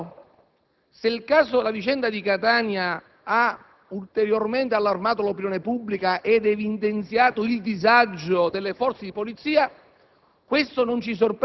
Tuttavia, se la vicenda di Catania ha ulteriormente allarmato l'opinione pubblica ed evidenziato il disagio delle forze di polizia,